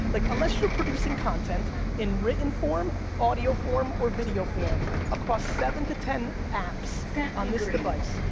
like unless you're producing content in written form, audio form or video form across seven to ten apps on this device,